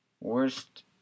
Worst